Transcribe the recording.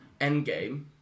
Endgame